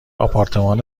آپارتمان